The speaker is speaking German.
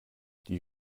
die